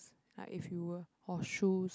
like if you were or shoes